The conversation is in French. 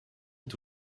est